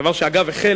דבר שאגב החל,